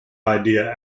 idea